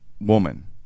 woman